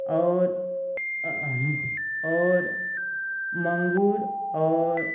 और और माँगुर और